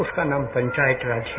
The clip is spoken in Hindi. उसका नाम पंचायत राज है